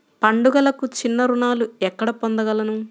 పండుగలకు చిన్న రుణాలు ఎక్కడ పొందగలను?